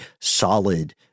solid